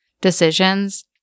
decisions